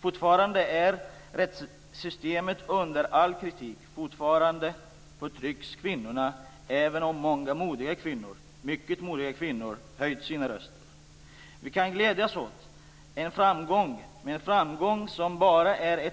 Fortfarande är rättssystemet under all kritik. Fortfarande förtrycks kvinnorna, även om många modiga kvinnor - mycket modiga kvinnor - höjt sina röster. Vi kan glädja oss åt en framgång, men en framgång som bara är